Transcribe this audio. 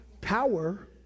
power